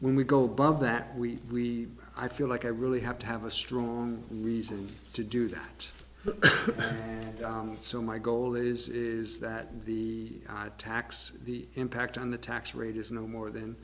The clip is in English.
when we go above that we i feel like i really have to have a strong reason to do that and so my goal is is that the tax the impact on the tax rate is no more than